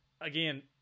again